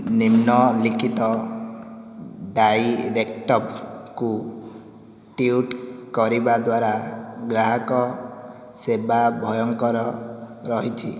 ନିମ୍ନଲିଖିତ ଡାଇରେକ୍ଟଭ୍କୁ ଟ୍ୱିଟ୍ କରିବା ଦ୍ୱାରା ଗ୍ରାହକ ସେବା ଭୟଙ୍କର ରହିଛି